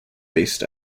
based